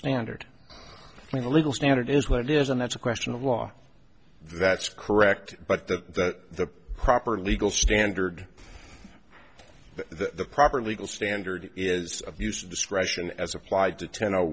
standard legal standard is what it is and that's a question of law that's correct but that the proper legal standard that the proper legal standard is of use discretion as applied to ten